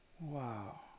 Wow